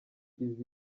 izi